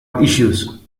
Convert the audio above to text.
issues